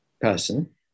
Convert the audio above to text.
person